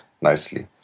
nicely